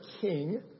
king